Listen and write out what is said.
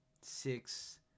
six